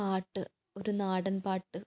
പാട്ട് ഒരു നാടൻ പാട്ട്